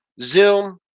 Zoom